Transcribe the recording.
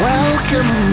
Welcome